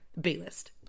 B-list